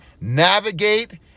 navigate